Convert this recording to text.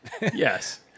Yes